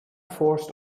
forced